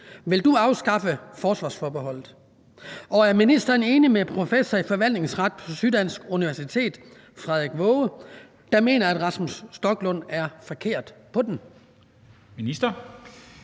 »Vil du afskaffe forsvarsforbeholdet?«, og er ministeren enig med professor i forvaltningsret på Syddansk Universitet, Frederik Waage, der mener, at Rasmus Stoklund er forkert på den? Skriftlig